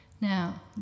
Now